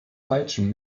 falschen